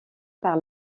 par